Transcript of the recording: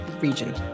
region